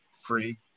free